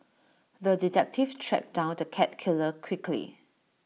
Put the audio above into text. the detective tracked down the cat killer quickly